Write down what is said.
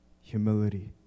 humility